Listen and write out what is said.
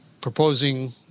proposing